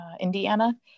Indiana